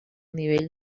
nivell